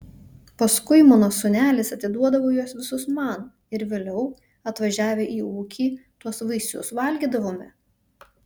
paskui mano sūnelis atiduodavo juos visus man ir vėliau atvažiavę į ūkį tuos vaisius valgydavome